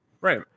Right